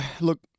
look